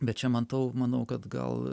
bet čia mantau manau kad gal